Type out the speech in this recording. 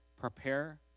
Prepare